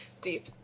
Deep